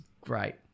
Great